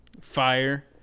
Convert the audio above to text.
fire